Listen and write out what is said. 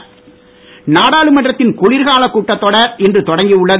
நாடாளுமன்றம் நாடாளுமன்றத்தின் குளிர்காலக் கூட்டத் தொடர் இன்று தொடங்கி உள்ளது